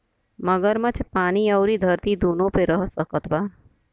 मगरमच्छ पानी अउरी धरती दूनो पे रह सकत बा